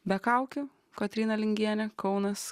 be kaukių kotryna lingienė kaunas